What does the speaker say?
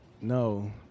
no